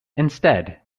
instead